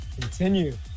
continue